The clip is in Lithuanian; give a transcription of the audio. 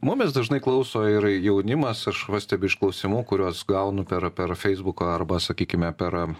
mumis dažnai klauso ir jaunimas aš pastebiu iš klausimų kuriuos gaunu per per feisbuką arba sakykime per